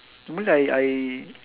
to me I I